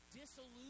disillusion